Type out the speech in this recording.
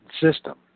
system